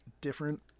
different